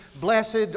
blessed